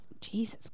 Jesus